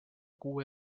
kuue